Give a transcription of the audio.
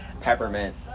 Peppermint